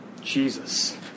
Jesus